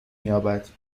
یابد